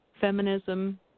feminism